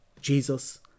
Jesus